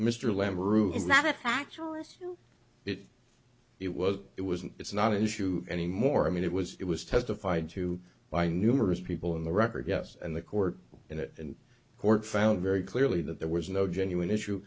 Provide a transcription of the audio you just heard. an actual us it it was it was an it's not an issue anymore i mean it was it was testified to by numerous people in the record yes and the court in a court found very clearly that there was no genuine issue